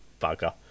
bugger